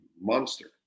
monster